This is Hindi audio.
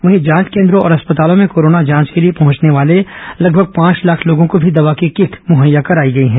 वहीं जांच केंद्रों और अस्पतालों में कोरोना जांच के लिए पहुंचने वाले लगभग पांच लाख लोगों को भी दवा की किट मुहैया कराई गई है